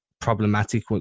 problematic